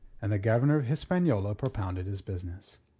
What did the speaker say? and the governor of hispaniola propounded his business.